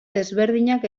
desberdinak